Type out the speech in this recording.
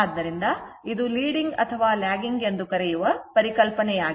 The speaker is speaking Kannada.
ಆದ್ದರಿಂದ ಇದು leading ಅಥವಾ lagging ಎಂದು ಕರೆಯುವ ಪರಿಕಲ್ಪನೆಯಾಗಿದೆ